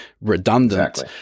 redundant